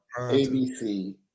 ABC